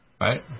right